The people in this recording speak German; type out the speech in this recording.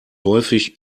häufig